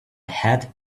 had